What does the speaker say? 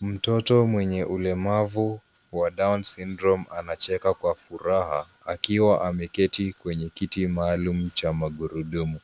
Mtoto mwenye ulemavu wa Down Syndrome anacheka kwa furaha akiwa ameketi kwenye kiti maalumu cha magurudumu.